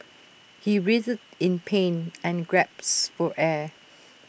he writhed in pain and gasped for air